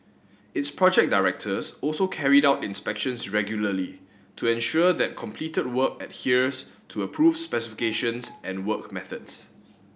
its project directors also carried out inspections regularly to ensure that completed work adheres to approved specifications and work methods